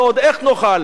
ועוד איך נאכל.